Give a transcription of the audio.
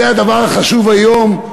זה הדבר החשוב היום,